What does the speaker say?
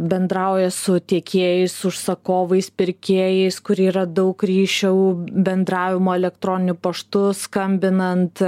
bendrauja su tiekėjais užsakovais pirkėjais kurie yra daug ryšiau bendravimo elektroniniu paštu skambinant